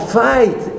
fight